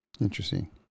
Interesting